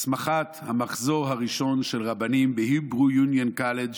הסמכת המחזור הראשון של רבנים בהיברו יוניון קולג'.